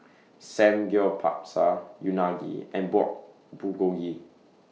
Samgyeopsal Unagi and Pork Bulgogi